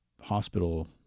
hospital